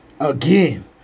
Again